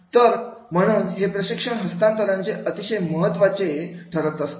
तर म्हणून हे प्रशिक्षणाचे हस्तांतरण अतिशय महत्त्वाचे ठरत असते